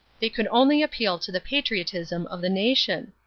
they could only appeal to the patriotism of the nation.